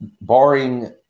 Barring